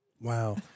Wow